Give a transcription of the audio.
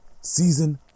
Season